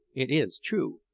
it is true,